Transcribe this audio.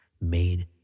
made